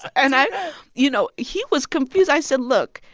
and i you know, he was confused. i said, look,